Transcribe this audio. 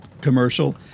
commercial